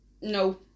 No